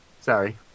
Sorry